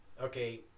okay